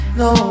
no